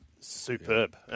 superb